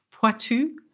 Poitou